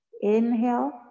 inhale